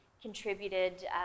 Contributed